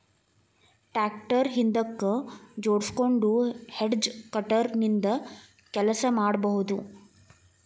tractor ಹಿಂದಕ್ ಜೋಡ್ಸ್ಕೊಂಡು hedge cutter ನಿಂದ ಕೆಲಸ ಮಾಡ್ಬಹುದು